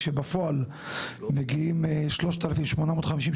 כשבפועל מגיעים 3,850,